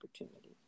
opportunity